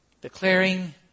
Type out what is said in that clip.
declaring